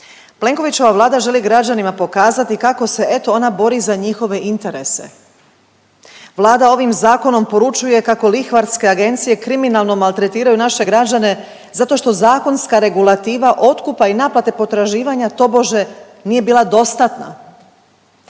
Plenkovićeva Vlada želi građanima pokazati kako se eto ona bori za njihove interese, Vlada ovim zakonom poručuje kako lihvarske agencije kriminalno maltretiraju naše građane zato što zakonska regulativa otkupa i naplate potraživanja tobože nije bila dostatna.